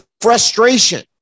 frustration